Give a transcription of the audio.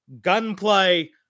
gunplay